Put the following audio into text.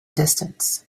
distance